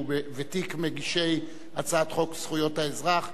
שהוא ותיק מגישי הצעת חוק זכויות האזרח,